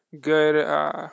good –